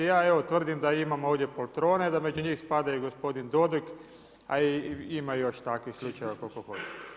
I ja evo tvrdim da imamo ovdje poltrone, da među njih spada i gospodin Dodig a i ima i još takvih slučajeva koliko hoćeš.